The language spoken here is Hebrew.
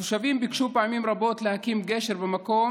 התושבים ביקשו פעמים רבות להקים גשר במקום.